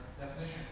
definition